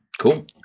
Cool